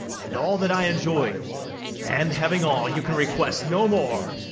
and all that i enjoy'd and, having all, you can request no more,